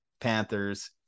Panthers